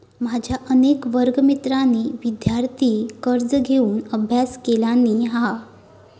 माझ्या अनेक वर्गमित्रांनी विदयार्थी कर्ज घेऊन अभ्यास केलानी हा